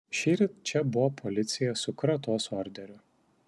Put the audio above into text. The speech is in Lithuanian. šįryt čia buvo policija su kratos orderiu